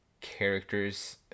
characters